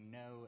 no